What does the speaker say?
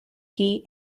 key